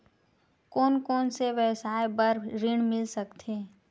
कोन कोन से व्यवसाय बर ऋण मिल सकथे?